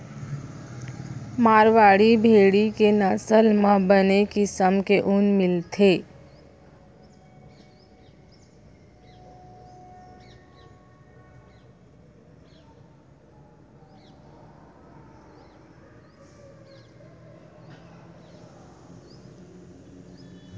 मारवाड़ी भेड़ी के नसल म बने किसम के ऊन मिलथे